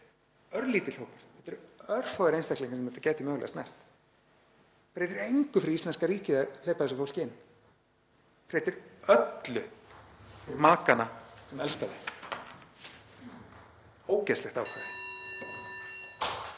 Þetta er örlítill hópur. Þetta eru örfáir einstaklingar sem þetta gæti mögulega snert, breytir engu fyrir íslenska ríkið að hleypa þessu fólki inn. Breytir öllu fyrir makana sem elska þau. — Ógeðslegt ákvæði.